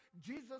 Jesus